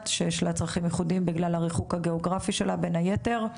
שיש לה צרכים ייחודיים בגלל הריחוק הגיאוגרפי שלה בין היתר.